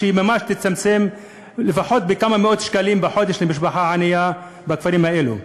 שתצטמצם ממש בכמה מאות שקלים בחודש למשפחה ענייה בכפרים האלו.